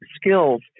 skills